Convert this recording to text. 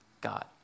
God